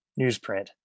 newsprint